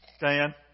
Diane